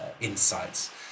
insights